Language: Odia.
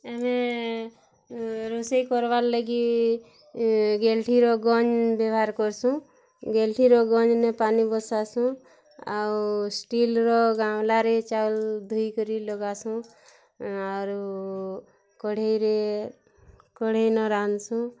ଆମେ ରୁଷେଇ କର୍ବାର୍ ଲାଗି ଗେଲ୍ଠିର ଗନ୍ ବ୍ୟବହାର କରସୁଁ ଗେଲ୍ଠିର ଗନ୍ ଯେନେ ପାନି ବସାସୁଁ ଆଉ ଷ୍ଟିଲ୍ର ଗାଙ୍ଗୁଲାରେ ଚାଉଲ୍ ଧୁଇକରି ଲଗାସୁଁ ଆରୁ କଢ଼େଇରେ କଢ଼େଇନ ରାନ୍ଧ୍ସୁଁ